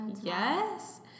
yes